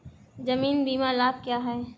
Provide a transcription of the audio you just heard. जीवन बीमा लाभ क्या हैं?